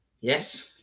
yes